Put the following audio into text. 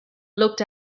looked